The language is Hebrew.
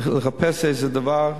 צריך לחפש איזה דבר,